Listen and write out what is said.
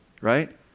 right